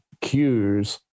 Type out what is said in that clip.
cues